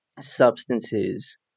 substances